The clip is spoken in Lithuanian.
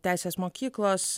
teisės mokyklos